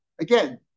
again